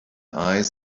eyes